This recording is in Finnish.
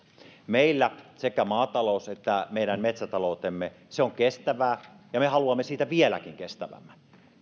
meillä sekä maatalous että metsätalous ovat kestävää ja me haluamme niistä vieläkin kestävämpiä